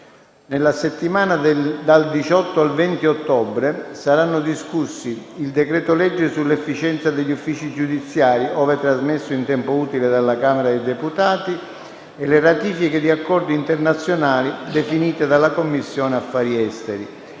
Nella settimana dal 18 al 20 ottobre saranno discussi il decreto-legge sull'efficienza degli uffici giudiziari, ove trasmesso in tempo utile dalla Camera dei deputati, e le ratifiche di accordi internazionali definite dalla Commissione affari esteri.